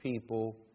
people